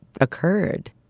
occurred